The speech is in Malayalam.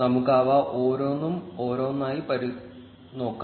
നമുക്ക് അവ ഓരോന്നും ഓരോന്നായി നോക്കാം